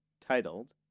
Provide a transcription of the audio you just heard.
titled